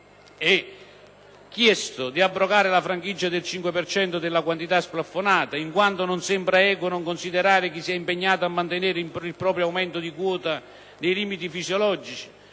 chiesto di abrogare la franchigia del 5 per cento della quantità splafonata, in quanto non sembra equo non considerare chi si è impegnato a mantenere il proprio aumento di quota nei limiti fisiologici,